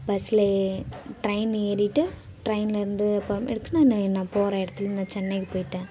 பஸில் ட்ரெயினு ஏறிகிட்டு ட்ரெயினில் இருந்து நான் போகிற இடத்துல சென்னைக்கு போயிட்டேன்